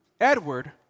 Edward